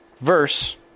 verse